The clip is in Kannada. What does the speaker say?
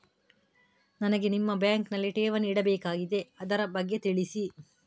ನನಗೆ ನಿಮ್ಮ ಬ್ಯಾಂಕಿನಲ್ಲಿ ಠೇವಣಿ ಇಡಬೇಕಾಗಿದೆ, ಅದರ ಬಗ್ಗೆ ತಿಳಿಸಿ